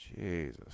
Jesus